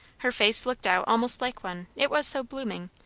her face looked out almost like one, it was so blooming,